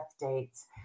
dates